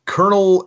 Colonel